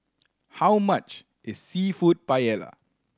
how much is Seafood Paella